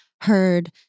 heard